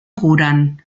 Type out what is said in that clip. curen